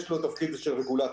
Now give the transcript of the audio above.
יש לו תפקיד של רגולטור